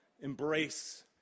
embrace